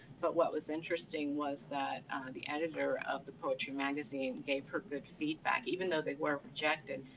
but what was interesting was that the editor of the poetry magazine gave her good feedback. even though they were rejected,